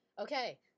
Okay